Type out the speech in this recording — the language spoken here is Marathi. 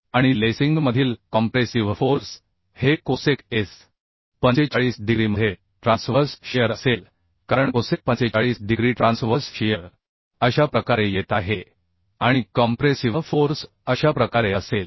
आणि लेसिंगमधील कॉम्प्रेसिव्ह फोर्स हे COSECs 45 डिग्रीमध्ये ट्रान्सव्हर्स शीअर असेल कारण COSEC 45 डिग्री ट्रान्सव्हर्स शीअर अशा प्रकारे येत आहे आणि कॉम्प्रेसिव्ह फोर्स अशा प्रकारे असेल